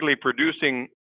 producing